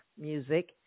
music